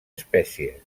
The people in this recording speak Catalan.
espècie